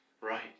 Right